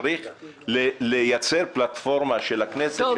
צריך לייצר פלטפורמה של הכנסת,